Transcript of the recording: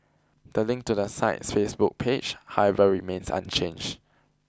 the link to the site's Facebook page however remains unchanged